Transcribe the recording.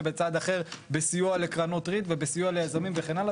ובצעד אחר בסיוע לקרנות ריט ובסיוע ליזמים וכן הלאה,